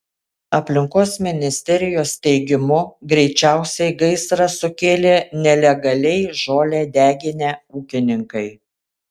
aplinkos ministerijos teigimu greičiausiai gaisrą sukėlė nelegaliai žolę deginę ūkininkai